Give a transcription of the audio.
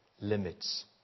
limits